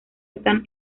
están